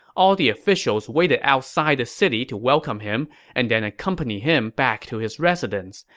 all the officials waited outside the city to welcome him and then accompanied him back to his residence.